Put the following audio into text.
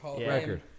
record